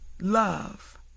love